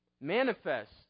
Manifest